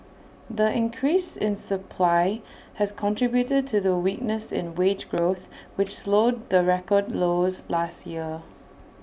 the increase in supply has contributed to the weakness in wage growth which slowed the record lows last year